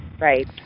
Right